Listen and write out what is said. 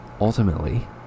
ultimately